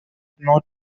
not